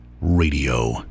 radio